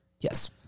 yes